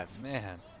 man